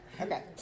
Okay